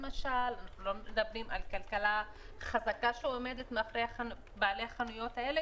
אנחנו לא מדברים על כלכלה חזקה שעומדת מאחורי בעלי החנויות האלה,